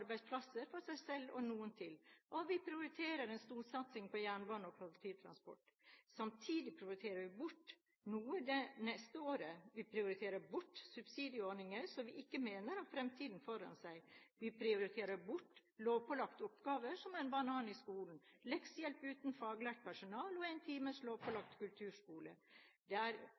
arbeidsplasser for seg selv og noen til, og vi prioriterer en storsatsing på jernbane og kollektivtransport. Samtidig prioriterer vi bort noe det neste året. Vi prioriterer bort subsidieordninger som vi mener ikke har fremtiden foran seg, vi prioriterer bort lovpålagte oppgaver som en banan i skolen, leksehjelp uten faglært personale og en times lovpålagt kulturskole. Det er